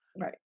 Right